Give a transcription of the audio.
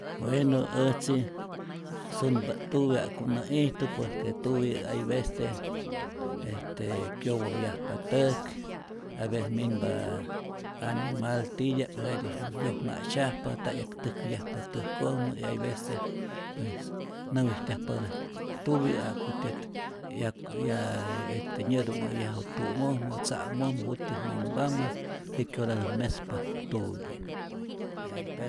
Wenä äjtzi sunpa't tuwi ja'ku nä'ijtu por que tuwi hay veces este kyowojyajpa täk, avece minpa animal titya'p jetij wyojna'tzyajpa, nta 'yaktäjkäyajpa täjkojmä y hay veces pues näwijtyajpatät tuwi ja'kutyät 'yak ya este nyätu'nhajyaju tu'nhojmä, tza'mojmä, jut'tyät manhpamä, jitkyotatät mespa tuwi', el perro.